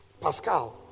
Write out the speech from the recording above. Pascal